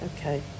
Okay